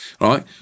Right